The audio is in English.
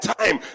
time